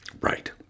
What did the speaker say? Right